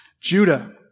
Judah